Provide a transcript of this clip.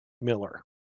Miller